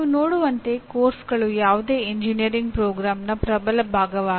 ನೀವು ನೋಡುವಂತೆ ಪಠ್ಯಕ್ರಮಗಳು ಯಾವುದೇ ಎಂಜಿನಿಯರಿಂಗ್ ಕಾರ್ಯಕ್ರಮದ ಪ್ರಬಲ ಭಾಗವಾಗಿದೆ